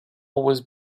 wars